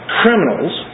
criminals